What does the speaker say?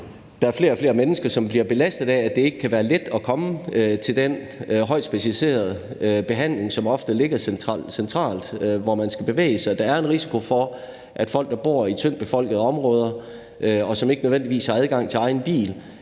der er flere og flere mennesker, som bliver belastet af, at det ikke er let at komme til den højtspecialiserede behandling, som ofte ligger centralt, og som man skal bevæge sig til. Der er en risiko for, at folk, der bor i tyndtbefolkede områder, og som ikke nødvendigvis har adgang til egen bil,